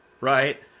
right